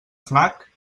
fnac